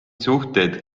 suhteid